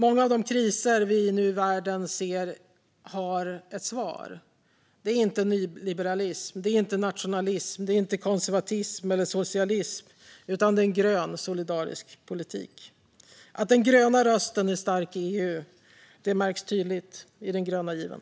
Många av de kriser vi ser i världen nu har ett svar, men inte i nyliberalism, nationalism, konservatism eller socialism utan i en grön solidarisk politik. Att den gröna rösten är stark i EU märks tydligt i den gröna given.